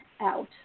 out